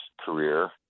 career